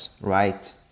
right